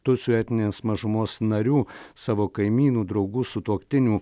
tutsių etninės mažumos narių savo kaimynų draugų sutuoktinių